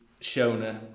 Shona